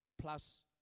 plus